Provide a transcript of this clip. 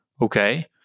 Okay